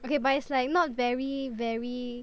okay but it's like not very very